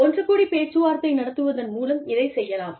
ஒன்று கூடி பேச்சுவார்த்தை நடத்துவதன் மூலம் இதைச் செய்யலாம்